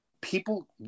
People